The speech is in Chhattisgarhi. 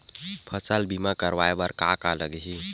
फसल बीमा करवाय बर का का लगही?